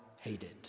hated